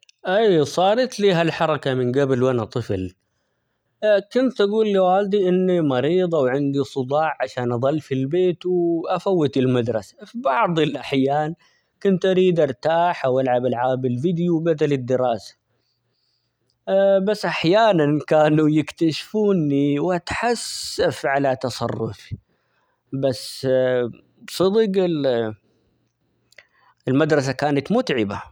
أي صارت لي هالحركة من قبل وأنا طفل كنت أقول لوالدي إني مريض، أو عندي صداع عشان أضل في البيت ،-و-وأفوت المدرسة في بعض الأحيان كنت أريد أرتاح ، أو ألعب ألعاب الفيديو بدل الدراسة، بس أحيانًا كانوا يكتشفوني وأتحسف على تصرفي بس صدق ال المدرسة كانت متعبة.